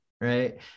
right